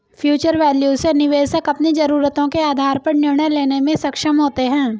future value से निवेशक अपनी जरूरतों के आधार पर निर्णय लेने में सक्षम होते हैं